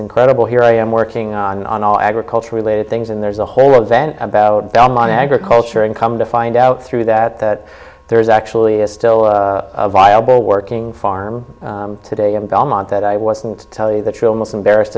incredible here i am working on all agriculture related things and there's a whole event about belmont agriculture and come to find out through that that there is actually a still viable working farm today in government that i wasn't tell you that you almost embarrassed